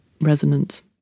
resonance